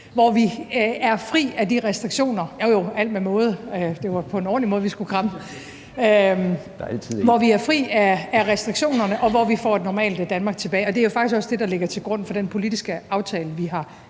hvor vi er fri af restriktionerne, og hvor vi får et normalt Danmark tilbage. Og det er faktisk også det, der ligger til grund for den politiske aftale, vi har